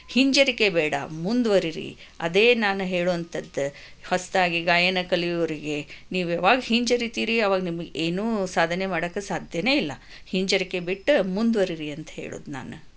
ಹಿಂಜರಿಕೆ ಬೇಡ ಮುಂದುವರಿಯಿರಿ ಅದೇ ನಾನು ಹೇಳುವಂಥದ್ದು ಹೊಸತಾಗಿ ಗಾಯನ ಕಲಿಯುವವರಿಗೆ ನೀವ್ಯಾವಾಗ ಹಿಂಜರಿತೀರಿ ಆವಾಗ ನಿಮಗೆ ಏನೂ ಸಾಧನೆ ಮಾಡೋಕ್ಕೆ ಸಾಧ್ಯವೇ ಇಲ್ಲ ಹಿಂಜರಿಕೆ ಬಿಟ್ಟು ಮುಂದುವರಿಯಿರಿ ಅಂತ ಹೇಳೋದು ನಾನು